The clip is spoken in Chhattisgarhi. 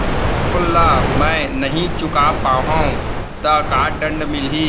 लोन ला मैं नही चुका पाहव त का दण्ड मिलही?